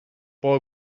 boy